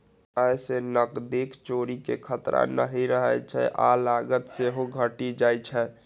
अय सं नकदीक चोरी के खतरा नहि रहै छै आ लागत सेहो घटि जाइ छै